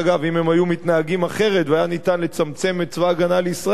אם הם היו מתנהגים אחרת והיה ניתן לצמצם את צבא-הגנה לישראל,